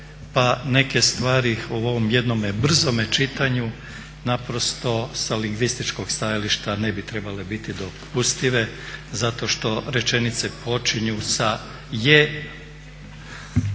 pa neke stvari u ovom jednome brzome čitanju naprosto sa lingvističkog stajališta ne bi trebale biti dopustive zato što rečenice počinju sa je…